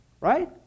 right